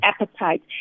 appetite